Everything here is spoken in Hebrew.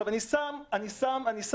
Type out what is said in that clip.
אני שם בצד,